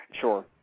Sure